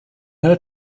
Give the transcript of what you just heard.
her